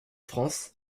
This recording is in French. france